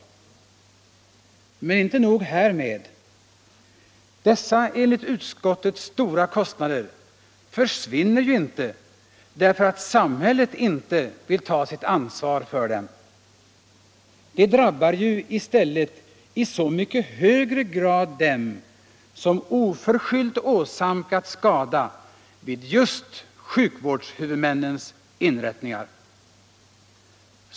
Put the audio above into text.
Men inte nog härmed — dessa enligt utskottet stora kostnader försvinner ju inte, därför att samhället inte vill ta sitt ansvar för dem. De drabbar i stället i så mycket högre grad dem som oförskyllt åsamkats skada vid just sjukvårdshuvudmännens inrättningar!